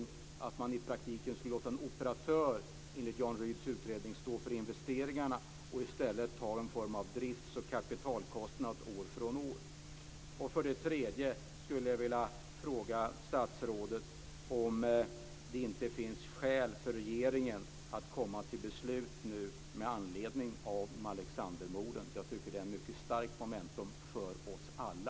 Enligt Jan Rydhs utredning ska man i praktiken låta en operatör stå för investeringarna och i stället ha en form av drifts och kapitalkostnad år från år. För det tredje vill jag fråga statsrådet om det inte finns skäl för regeringen att nu komma till beslut med anledning av Malexandermorden. Jag tycker att det är ett mycket starkt memento för oss alla.